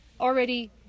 already